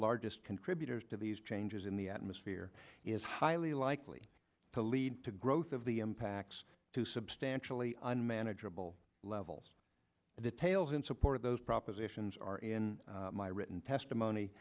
largest contributors to these changes in the atmosphere is highly likely to lead to growth of the impacts to substantially unmanageable levels of details in support of those propositions are in my written testimony